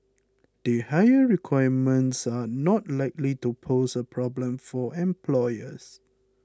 the higher requirements are not likely to pose a problem for employers